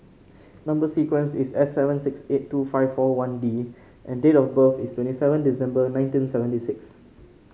number sequence is S seven six eight two five four one D and date of birth is twenty seven December nineteen seventy six